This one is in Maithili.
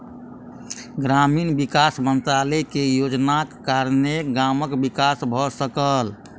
ग्रामीण विकास मंत्रालय के योजनाक कारणेँ गामक विकास भ सकल